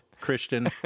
Christian